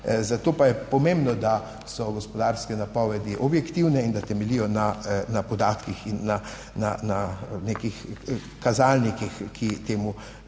zato pa je pomembno, da so gospodarske napovedi objektivne in da temeljijo na podatkih in na nekih kazalnikih, ki temu